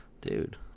dude